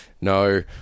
no